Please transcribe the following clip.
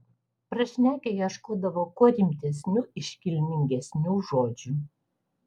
prašnekę ieškodavo kuo rimtesnių iškilmingesnių žodžių